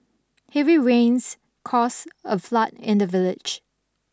heavy rains caused a flood in the village